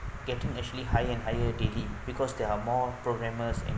getting actually hire and hire daily because there are more programmers and